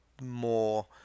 more